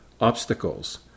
Obstacles